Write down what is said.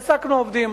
העסקנו עובדים.